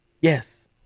Yes